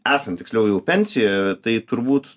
esant tiksliau jau pensijoje tai turbūt